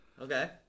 Okay